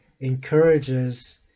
encourages